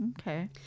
Okay